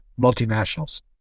multinationals